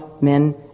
men